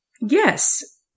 Yes